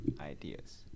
ideas